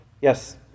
Yes